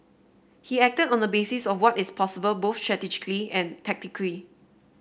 he acted on the basis of what is possible both strategically and tactically